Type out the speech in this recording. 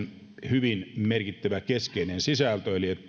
hyvin merkittävä keskeinen sisältö että pohjoisella pallonpuoliskolla vaikuttavat